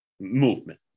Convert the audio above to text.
movement